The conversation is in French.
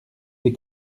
des